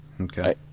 okay